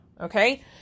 okay